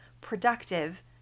productive